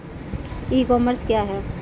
ई commerce क्या है?